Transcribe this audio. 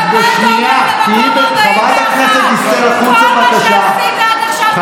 ממקום חמישי אתה הובלת אותנו למקום 41. כל מה שעשית עד עכשיו,